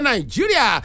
Nigeria